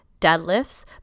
deadlifts